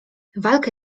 walkę